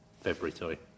February